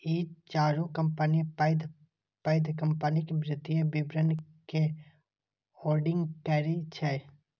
ई चारू कंपनी पैघ पैघ कंपनीक वित्तीय विवरण के ऑडिट करै छै